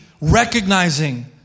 recognizing